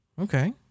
okay